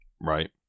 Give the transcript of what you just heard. Right